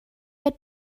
had